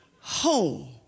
home